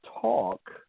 talk